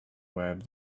web